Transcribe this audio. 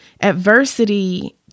adversity